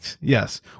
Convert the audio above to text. Yes